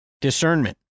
discernment